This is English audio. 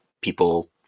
people